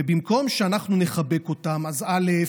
במקום שאנחנו נחבק אותם, אז א.